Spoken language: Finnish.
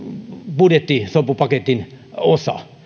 budjettisopupaketin osa